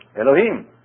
Elohim